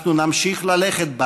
אנחנו נמשיך ללכת בה